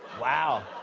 wow.